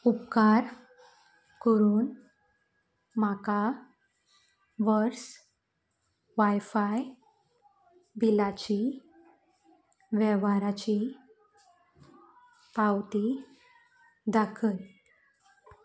उपकार करून म्हाका वर्स वायफाय बिलाची वेव्हाराची पावती दाखय